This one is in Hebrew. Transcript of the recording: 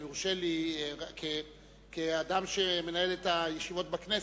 אם יורשה לי כאדם שמנהל את הישיבות בכנסת.